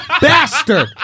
bastard